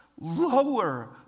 lower